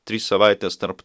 trys savaitės tarp